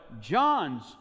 John's